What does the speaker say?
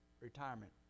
retirement